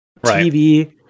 TV